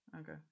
okay